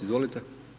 Izvolite.